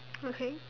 okay